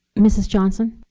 mrs. johnson?